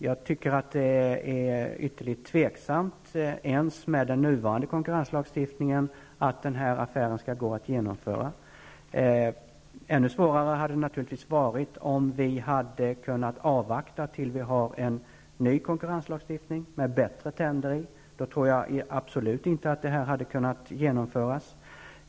Även med den nuvarande konkurrenslagstiftningen är det ytterligt tvivelaktigt om denna affär skall gå att genomföra. Det hade naturligtvis varit ännu svårare om vi hade kunnat avvakta tills det kommer en ny konkurrenslagstiftning med ''bättre tänder''. Då tror jag absolut inte att detta hade kunnat genomföras.